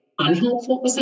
unhelpful